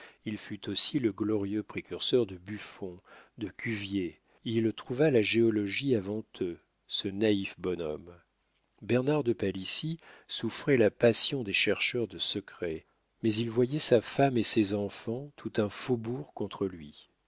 il fut aussi le glorieux précurseur de buffon de cuvier il trouva la géologie avant eux ce naïf bonhomme bernard de palissy souffrait la passion des chercheurs de secrets mais il voyait sa femme et ses enfants tout un faubourg contre lui